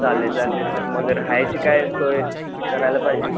चालेल चालेल मग राहायची काही सोय करायला पाहिजे